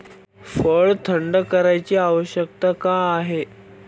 फळ थंड करण्याची आवश्यकता का आहे?